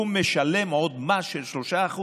הוא משלם עוד מס של 3%,